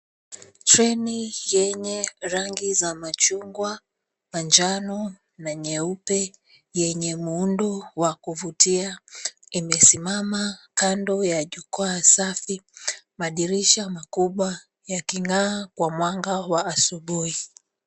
Treni yenye rangi za machungwa, manjano na nyeupe, yenye muundo wa kuvutia imesimama kando ya jukwaa safi madirisha makubwa yaking'aa kwa mwanga wa asubuhi.